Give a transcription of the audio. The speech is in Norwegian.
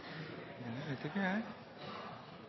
eller ikke. Jeg